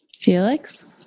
Felix